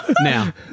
now